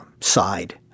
side